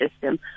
system